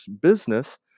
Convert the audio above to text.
business